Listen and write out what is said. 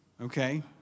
okay